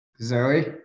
zoe